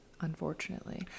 unfortunately